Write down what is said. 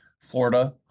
Florida